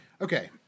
Okay